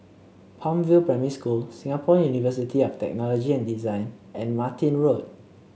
Palm View Primary School Singapore University of Technology and Design and Martin Road